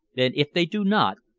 then if they do not,